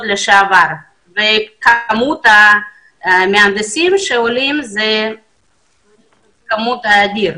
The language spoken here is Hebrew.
לשעבר ומספר המהנדסים שעולים הוא אדיר.